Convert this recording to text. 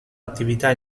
attività